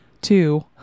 two